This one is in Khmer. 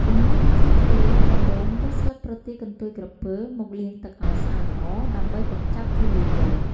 ចំណែកវិធីធ្វើ ដំបូងយកស្លឹកប្រទាលកន្ទុយក្រពើមកលាងទឹកឲ្យស្អាតល្អ ដើម្បីកម្ចាត់ធូលីដី។